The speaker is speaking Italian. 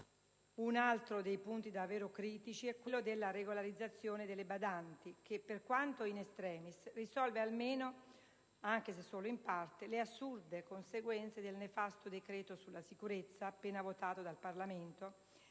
Un altro dei punti davvero critici è quello della regolarizzazione delle badanti che, per quanto *in extremis*, risolve almeno, anche se solo in parte, le assurde conseguenze del nefasto decreto sulla sicurezza appena votato dal Parlamento,